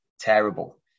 terrible